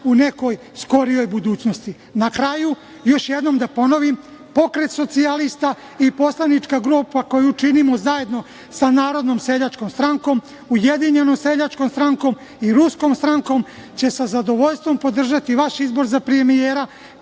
u nekoj skorijoj budućnosti. Na kraju, još jednom da ponovim, Pokret socijalista poslanička grupa koju činimo zajedno sa Narodnom seljačkom strankom, Ujedinjenom seljačkom strankom i Ruskom strankom će sa zadovoljstvom podržati vaš izbor za premijera